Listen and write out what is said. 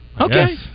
Okay